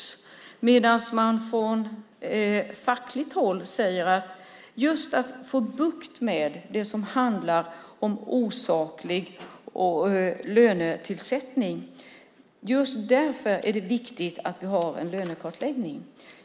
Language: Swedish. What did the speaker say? Å andra sidan säger man från fackligt håll att det just för att få bukt med det som handlar om osaklig lönesättning är viktigt att ha en lönekartläggning.